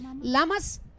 Lama's